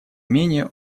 менее